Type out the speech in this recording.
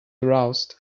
aroused